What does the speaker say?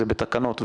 זה בתקנות,